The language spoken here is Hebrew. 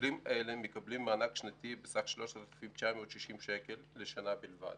ניצולים אלה מקבלים מענק שנתי בסך 3,960 שקל לשנה בלבד.